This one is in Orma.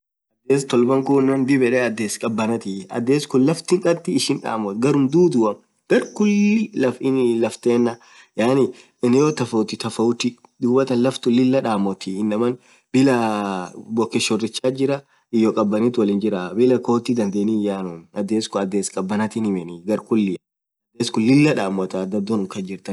adhes tolbaa kunen dhib yed adhes khabanathii adhes khun laftin dhekhi ishin dhamothu gharamuu dhudhua gar khuliii laftena yaani eneo tofauti tofauti dhuathan laftun Lilah dhamothi inamaa bilaaa bokke shorichathi jirah iyoo khabanathii wolin jiraaah bilaaa khotiii dhedheni hiyyanuu adhes khun adhes khabanathii himeniii gar khuliaaan adhes khun Lilah dhamotha dhadho nuh kasjirtha dhub